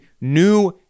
new